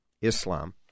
Islam